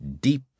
deep